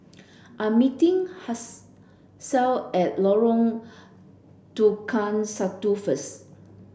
I'm meeting Hasel at Lorong Tukang Satu first